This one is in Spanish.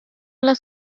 las